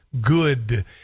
Good